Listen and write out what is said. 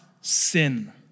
sin